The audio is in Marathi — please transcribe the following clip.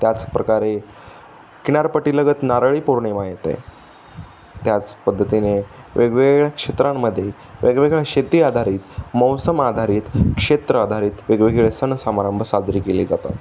त्याचप्रकारे किनारपट्टी लगत नारळी पौर्णिमा येते त्याच पद्धतीने वेगवेगळ्या क्षेत्रांमध्ये वेगवेगळ्या शेती आधारित मौसम आधारित क्षेत्र आधारित वेगवेगळे सण समारंभ साजरे केली जातात